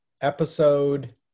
episode